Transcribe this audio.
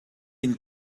inn